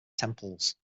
temples